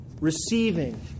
Receiving